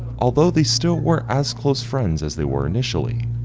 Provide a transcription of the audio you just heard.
although they still were as close friends as they were initially,